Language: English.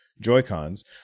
Joy-Cons